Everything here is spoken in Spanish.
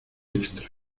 extra